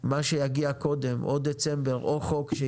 מה שיגיע קודם, או דצמבר או חוק.